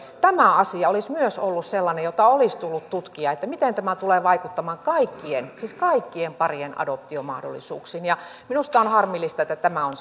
tämä asia olisi ollut sellainen jota olisi tullut tutkia miten tämä tulee vaikuttamaan kaikkien siis kaikkien parien adoptiomahdollisuuksiin minusta on harmillista että tämä on